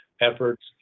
efforts